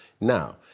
Now